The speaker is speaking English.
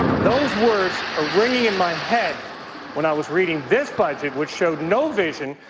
those words are ringing in my head when i was reading this budget which showed no vision,